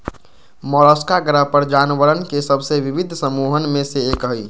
Mollusca ग्रह पर जानवरवन के सबसे विविध समूहन में से एक हई